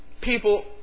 people